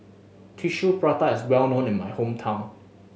Tissue Prata is well known in my hometown